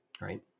Right